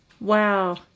wow